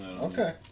Okay